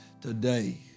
today